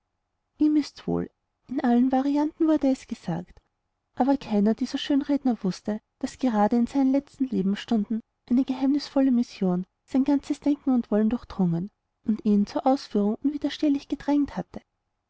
ihm ist wohl in allen varianten wurde es gesagt aber keiner dieser schönredner wußte daß gerade in seinen letzten lebensstunden eine geheimnisvolle mission sein ganzes denken und wollen durchdrungen und ihn zur ausführung unwiderstehlich gedrängt hatte